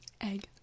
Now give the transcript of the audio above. Egg